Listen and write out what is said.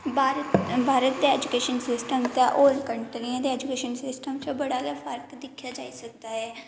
भारत दे एजूकेशन दे सिस्टम च ते होर कंट्रियें दे एजुकेशन सिस्टम च बड़ा अंतर ऐ